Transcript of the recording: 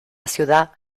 ciudad